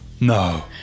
No